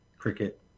Cricket